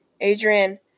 Adrian